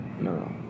no